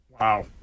Wow